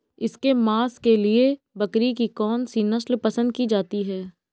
इसके मांस के लिए बकरी की कौन सी नस्ल पसंद की जाती है?